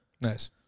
Nice